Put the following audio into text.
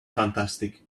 fantastic